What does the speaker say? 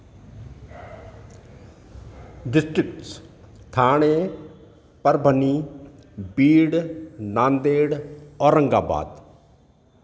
districts Thane Parbhani Beed Nanded Aurangabad